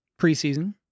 preseason